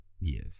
Yes